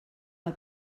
del